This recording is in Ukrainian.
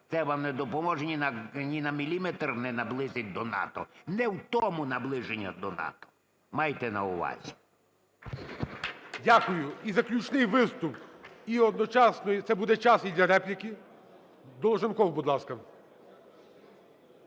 це вам не допоможе, ні на міліметр не наблизить до НАТО. Не в тому наближення до НАТО, майте на увазі. ГОЛОВУЮЧИЙ. Дякую. І заключний виступ, і одночасно це буде час і для репліки. Долженков, будь ласка.